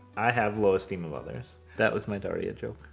i have low esteem of others. that was my daria joke.